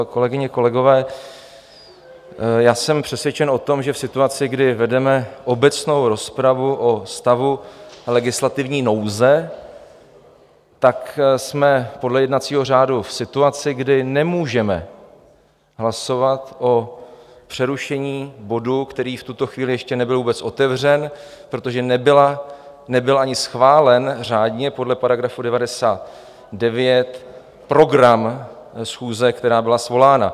Kolegyně, kolegové, já jsem přesvědčen o tom, že v situaci, kdy vedeme obecnou rozpravu o stavu legislativní nouze, tak jsme podle jednacího řádu v situaci, kdy nemůžeme hlasovat o přerušení bodu, který v tuto chvíli nebyl ještě vůbec otevřen, protože nebyl ani schválen řádně podle § 99 program schůze, která byla svolána.